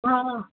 हा